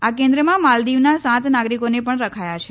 આ કેન્દ્રમાં માલદીવના સાત નાગરિકોને પણ રખાયા છે